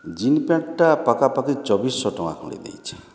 ଜିନ୍ ପେଣ୍ଟ୍ଟା ପାଖାପାଖି ଚବିଶିଶହଟଙ୍କା ଖଣ୍ଡେ ଦେଇଛି